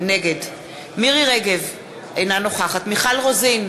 נגד מירי רגב, אינה נוכחת מיכל רוזין,